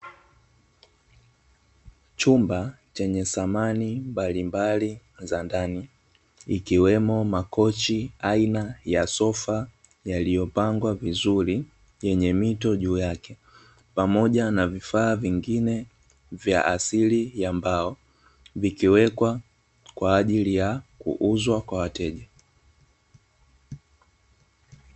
Chumba chenye samani mbalimbali za ndani ikiwemo makochi aina ya sofa, yaliyo pangwa vizuri yenye mito juu yake pamoja na vifaa vingine vya asili ya mbao, vikiwekwa kwaajili ya kuuzwa kwa wateja.